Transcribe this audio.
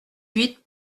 huit